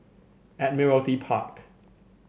Admiralty Park